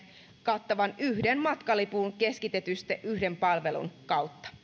kattavan yhden matkalipun keskitetysti yhden palvelun kautta